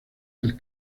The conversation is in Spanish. del